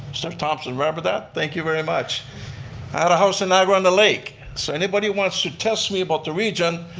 sir thomson, remember that, thank you very much. i had a house in niagara on the lake. so anybody wants to test me about the region,